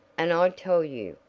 and i tell you,